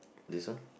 this one